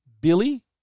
Billy